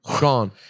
gone